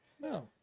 No